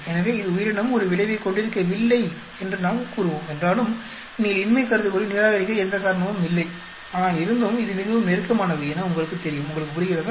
எனவே இது உயிரினம் ஒரு விளைவைக் கொண்டிருக்கவில்லை என்று நாம் கூறுவோம் என்றாலும் நீங்கள் இன்மை கருதுகோளை நிராகரிக்க எந்த காரணமும் இல்லை ஆனால் இருந்தும் இது மிகவும் நெருக்கமானவை என உங்களுக்கு தெரியும் உங்களுக்கு புரிகிறதா